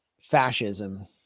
fascism